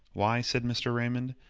why, said mr. raymond,